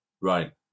right